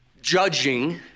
judging